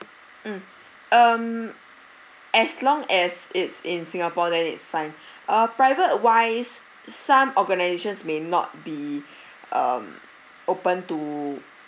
mm um as long as it's in singapore then it's fine a private wise some organisations may not be um open to